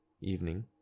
evening